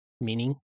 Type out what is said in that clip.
meaning